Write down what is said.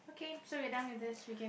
okay so we're done with this we can